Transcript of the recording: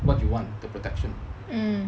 what do you want the protection